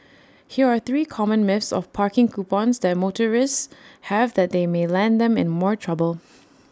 here are three common myths of parking coupons that motorists have that they may land them in more trouble